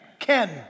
Ken